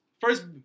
First